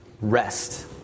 rest